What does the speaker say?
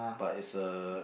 but is a